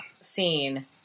scene